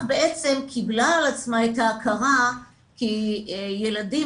בעצם קיבלה על עצמה את ההכרה כי ילדים